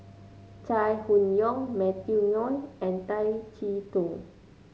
Chai Hon Yoong Matthew Ngui and Tay Chee Toh